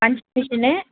punching மிஷின்னு